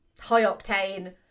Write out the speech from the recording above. high-octane